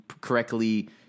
correctly